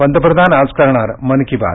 पंतप्रधान आज करणार मन की बात